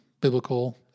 biblical